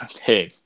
Hey